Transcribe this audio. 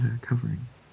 coverings